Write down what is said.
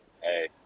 Hey